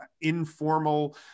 informal